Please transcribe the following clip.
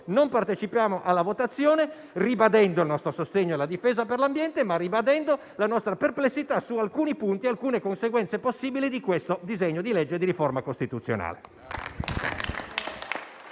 non parteciperemo alla votazione. E ribadiamo il nostro sostegno alla difesa per l'ambiente, ma al contempo la nostra perplessità su alcuni punti e alcune conseguenze possibili del disegno di legge di riforma costituzionale